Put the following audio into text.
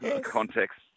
context